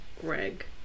Greg